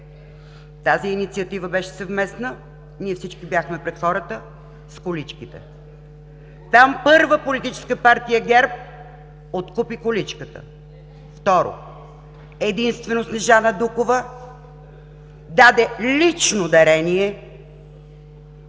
да я направим. Тя беше съвместна. Ние всички бяхме пред хората с количките. Там първа Политическа партия ГЕРБ откупи количката. Второ, единствено Снежана Дукова даде лично дарение